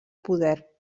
poder